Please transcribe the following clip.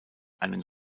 einen